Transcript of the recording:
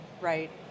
right